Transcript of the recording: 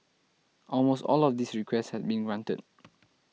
almost all of these requests had been granted